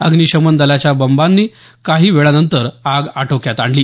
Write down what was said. अग्निशमन दलाच्या बंबाने काही वेळानंतर आग आटोक्यात आणली